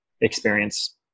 experience